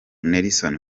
nelson